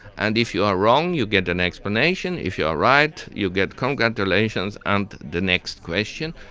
and if you are wrong you get an explanation, if you are right you get congratulations and the next question.